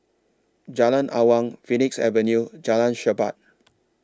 Jalan Awang Phoenix Avenue Jalan Chermat